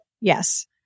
yes